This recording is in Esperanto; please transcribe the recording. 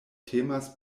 temas